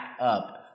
up